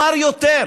אומר יותר: